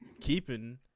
keeping